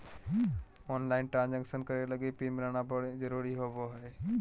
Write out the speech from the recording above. online transaction करे लगी PIN बनाना जरुरी होबो हइ